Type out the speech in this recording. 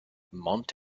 mont